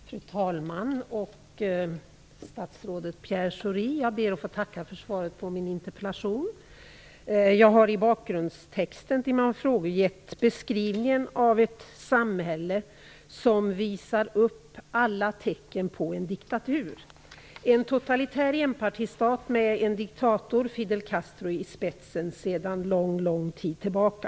Fru talman! Jag ber att få tacka statsrådet Pierre Schori för svaret på min interpellation. Jag har i bakgrundstexten till mina frågor gett en beskrivning av ett samhälle som visar alla tecken på diktatur. Det handlar om en totalitär enpartistat med en diktator, Fidel Castro, i spetsen sedan lång, lång tid tillbaka.